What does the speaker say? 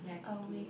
a week